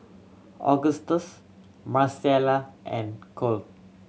Augustus Marcella and Kole